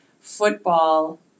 football